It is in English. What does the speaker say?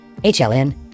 HLN